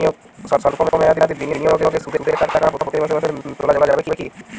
সল্প মেয়াদি বিনিয়োগে সুদের টাকা প্রতি মাসে তোলা যাবে কি?